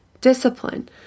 discipline